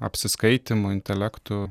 apsiskaitymu intelektu